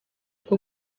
bwo